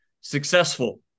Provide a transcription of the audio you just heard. successful